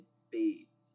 spades